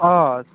अ